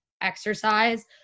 exercise